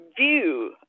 view